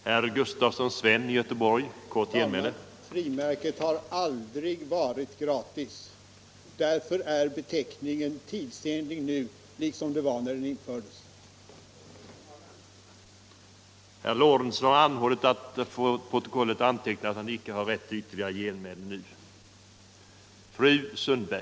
Herr talman! Frimärket har aldrig varit gratis. Därför är beteckningen tidsenlig nu liksom den var det när den infördes.